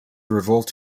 revolt